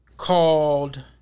Called